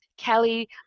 Kelly